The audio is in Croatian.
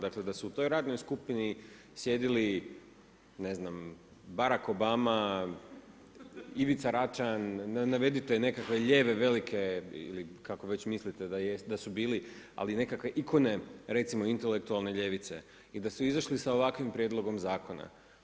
Dakle da su u toj radnoj skupini sjedili ne znam Barack Obama, Ivica Račan, navedite nekakve lijeve velike, ili kako već mislite da su bili, ali nekakve ikone recimo intelektualne ljevice i da su izašli sa ovakvim prijedlogom zakona.